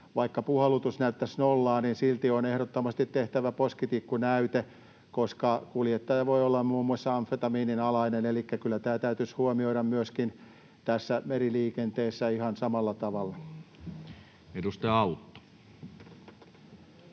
vaikka puhallutus näyttäisi nollaa, niin silti on ehdottomasti tehtävä poskitikkunäyte, koska kuljettaja voi olla muun muassa amfetamiinin alainen. Elikkä kyllä tämä täytyisi huomioida myöskin tässä meriliikenteessä ihan samalla tavalla. [Speech 17]